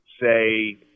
say